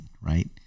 Right